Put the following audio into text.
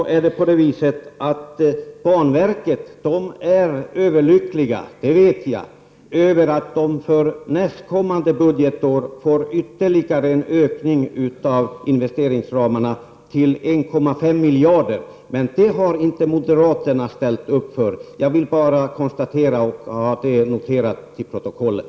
Däremot är de anställda på banverket överlyckliga, det vet jag, över att de för nästkommande budgetår får ytterligare en ökning av investeringsramarna till 1,5 miljarder. Men detta har inte moderaterna ställt upp på. Jag vill bara konstatera detta och få det noterat till protokollet.